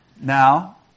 Now